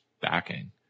backing